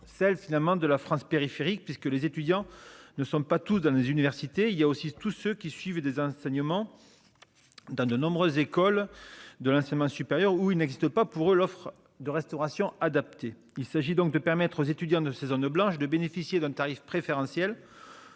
celle finalement de la France périphérique puisque les étudiants ne sont pas tous dans les universités il y a aussi tous ceux qui suivent des enseignements. Dans de nombreuses écoles de l'enseignement supérieur où il n'existe pas pour l'offre de restauration adaptée. Il s'agit donc de permettre aux étudiants de ces zones blanches de bénéficier d'un tarif préférentiel.